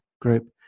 group